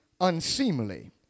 unseemly